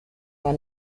war